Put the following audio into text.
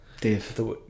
Dave